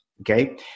Okay